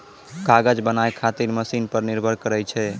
कागज बनाय खातीर मशिन पर निर्भर करै छै